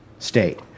state